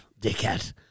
dickhead